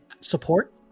support